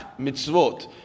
mitzvot